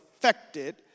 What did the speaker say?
affected